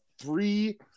three